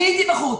אני הייתי בחוץ,